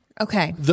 Okay